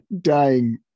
dying